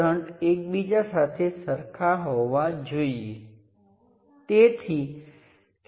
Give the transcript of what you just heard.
કારણ કે આ કિસ્સામાં તમે જાણો છો કે Vtest એ Rth× Itest છે